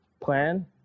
plan